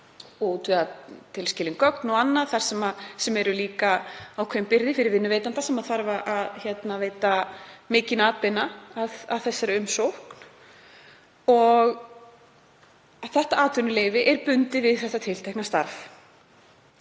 útvega tilskilin gögn og annað sem er líka ákveðin byrði fyrir vinnuveitanda sem þarf að veita mikinn atbeina við þessa umsókn. Atvinnuleyfið er bundið við þetta tiltekna starf.